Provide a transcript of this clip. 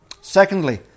Secondly